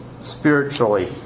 spiritually